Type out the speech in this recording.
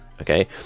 okay